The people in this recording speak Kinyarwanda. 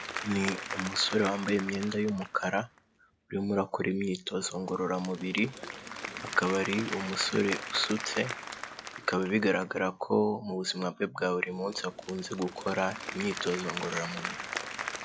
Ni umusore wambaye imyenda y'umukara urimo ukora imyitozo ngororamubiri, akaba ari umusore usutse bikaba bigaragara ko mu buzima bwe bwa buri munsi akunze gukora imyitozo ngororamubiri.